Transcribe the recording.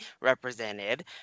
represented